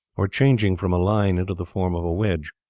or changing from a line into the form of a wedge.